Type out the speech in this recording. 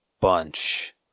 bunch